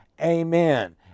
Amen